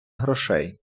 грошей